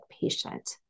patient